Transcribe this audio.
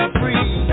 free